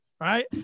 right